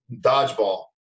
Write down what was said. Dodgeball